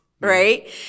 right